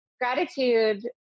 Gratitude